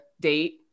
date